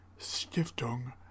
Stiftung